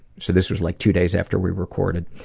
so this was, like, two days after we recorded,